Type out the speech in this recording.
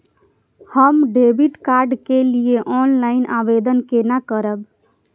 हम debit card के लिए ऑनलाइन आवेदन केना करब?